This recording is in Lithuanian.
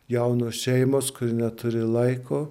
jaunos šeimos kur neturi laiko